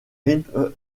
rythme